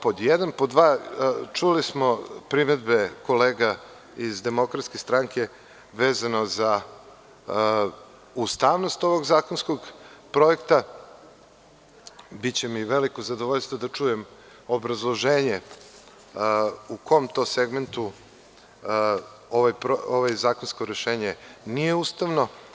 Pod dva, čuli smo primedbe kolega iz DS vezano za ustavnost ovog zakonskog projekta i biće mi veliko zadovoljstvo da čujem obrazloženje u kom tom segmentu ovo zakonsko rešenje nije ustavno.